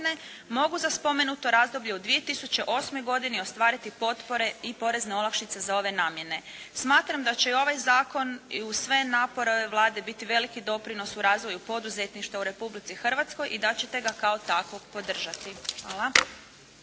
mogu za spomenuto razdoblje u 2008. godini ostvariti potpore i porezne olakšice za ove namjene. Smatram da će i ovaj Zakon i uz sve napore ove Vlade biti veliki doprinos u razvoju poduzetništva u Republici Hrvatskoj i da ćete ga kao takvog podržati. Hvala.